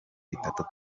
itatu